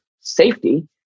safety